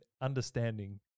understanding